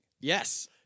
yes